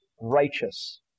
righteous